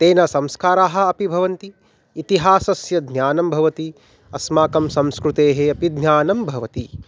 तेन संस्काराः अपि भवन्ति इतिहासस्य ज्ञानं भवति अस्माकं संस्कृतेः अपि ज्ञानं भवति